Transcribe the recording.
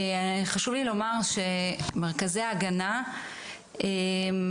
חשוב לי לומר שמרכזי ההגנה הם באמת מקור לגאווה בארץ,